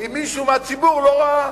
אם מישהו מהציבור לא ראה.